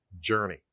journey